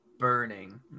Burning